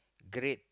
great